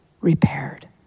repaired